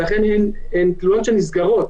ולכן הן תלונות שנסגרות.